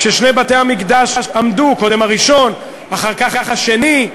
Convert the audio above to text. כששני בתי-המקדש עמדו, קודם הראשון, אחר כך השני.